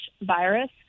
virus